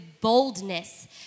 boldness